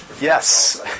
Yes